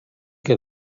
que